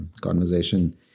conversation